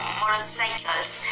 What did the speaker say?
motorcycles